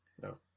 No